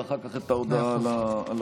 ואחר כך את ההודעה על הסגן.